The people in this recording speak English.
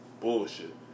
bullshit